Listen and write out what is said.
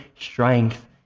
strength